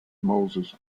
moses